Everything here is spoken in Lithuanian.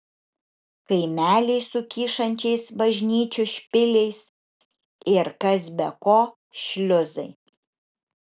kaimeliai su kyšančiais bažnyčių špiliais ir kas be ko šliuzai